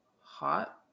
hot